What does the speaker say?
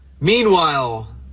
Meanwhile